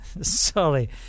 Sorry